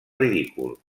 ridícul